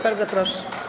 Bardzo proszę.